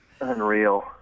Unreal